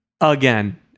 again